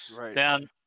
Right